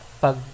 pag